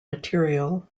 material